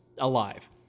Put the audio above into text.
Alive